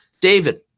David